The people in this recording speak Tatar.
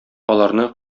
аларны